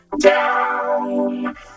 down